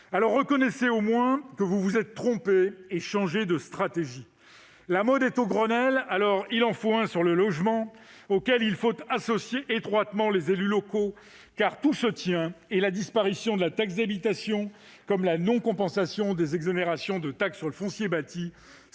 nous ! Reconnaissez au moins que vous vous êtes trompé et changez de stratégie ! Si la mode est au Grenelle, il en faut un sur le logement, auquel il faudra associer étroitement les élus locaux. Car tout se tient et la disparition de la taxe d'habitation, comme la non-compensation des exonérations de taxe sur le foncier bâti,